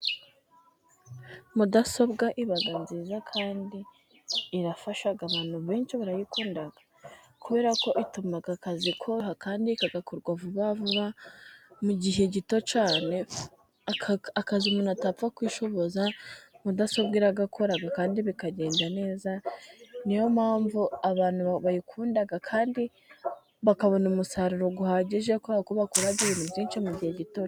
Mudasobwa iba nziza, kandi ifasha abantu benshi barayikunda, kubera ko ituma akazi koroha, kandi kagakorwa vuba vuba mu gihe gito cyane. Akazi umuntu atapfa kwishoboza mudasobwa iragakora, kandi bikagenda neza, ni yo mpamvu abantu bayikunda kandi bakabona umusaruro uhagije kubera ko bakora ibintu byinshi mu gihe gito.